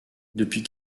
depuis